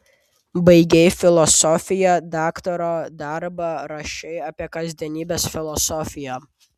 baigei filosofiją daktaro darbą rašei apie kasdienybės filosofiją